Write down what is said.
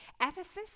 Ephesus